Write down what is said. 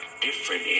different